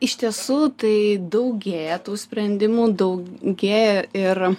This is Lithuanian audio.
iš tiesų tai daugėja tų sprendimų daugėja ir